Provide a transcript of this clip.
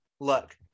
look